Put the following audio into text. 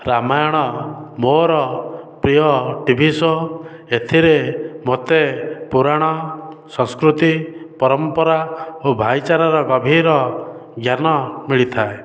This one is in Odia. ରାମାୟଣ ମୋର ପ୍ରିୟ ଟିଭି ସୋ ଏଥିରେ ମୋତେ ପୁରାଣ ସଂସ୍କୃତି ପରମ୍ପରା ଓ ଭାଇଚାରାର ଗଭୀର ଜ୍ଞାନ ମିଳିଥାଏ